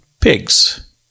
pigs